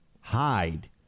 hide